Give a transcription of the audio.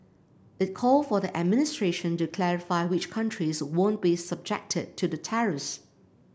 it called for the administration to clarify which countries won't be subject to the tariffs